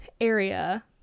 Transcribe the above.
area